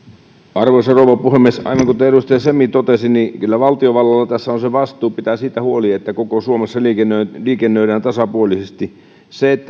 arvoisa rouva puhemies aivan kuten edustaja semi totesi niin kyllä valtiovallalla tässä on se vastuu pitää siitä huoli että koko suomessa liikennöidään tasapuolisesti se